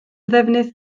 ddefnydd